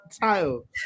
Tile